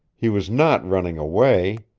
he was not running away.